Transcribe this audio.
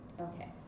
okay